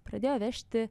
pradėjo vežti